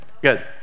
good